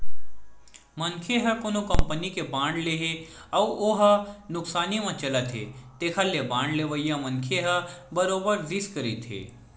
मनखे ह कोनो कंपनी के बांड ले हे अउ हो ह नुकसानी म चलत हे तेखर ले बांड लेवइया मनखे ह बरोबर रिस्क रहिथे